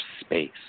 space